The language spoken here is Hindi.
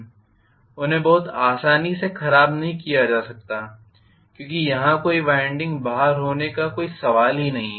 उन्हें बहुत आसानी से खराब नहीं किया सकता क्योंकि यहाँ कोई वाइंडिंग बाहर होने का कोई सवाल ही नहीं है